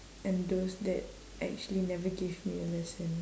and those that actually never gave me a lesson